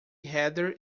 heather